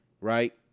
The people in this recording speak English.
right